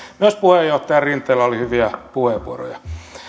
myös puheenjohtaja rinteellä oli hyviä puheenvuoroja